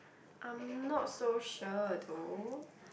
I'm not so sure though